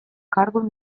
jardun